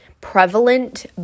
prevalent